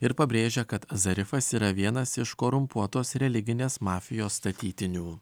ir pabrėžia kad zarifas yra vienas iš korumpuotos religinės mafijos statytinių